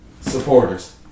supporters